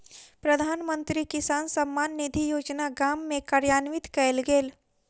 प्रधानमंत्री किसान सम्मान निधि योजना गाम में कार्यान्वित कयल गेल